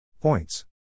Points